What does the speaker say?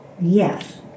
yes